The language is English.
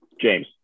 James